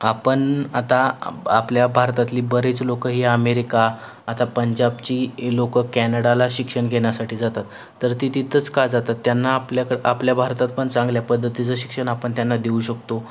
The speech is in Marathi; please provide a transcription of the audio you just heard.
आपण आता आपल्या भारतातली बरेच लोकं ही अमेरिका आता पंजाबची ए लोकं कॅनडाला शिक्षण घेण्यासाठी जातात तर ती तिथंच का जातात त्यांना आपल्याकडे आपल्या भारतात पण चांगल्या पद्धतीचं शिक्षण आपण त्यांना देऊ शकतो